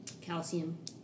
calcium